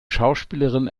schauspielerin